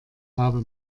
habe